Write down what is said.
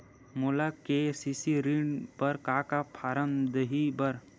मोला के.सी.सी ऋण बर का का फारम दही बर?